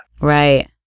right